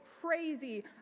crazy